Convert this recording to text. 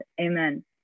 amen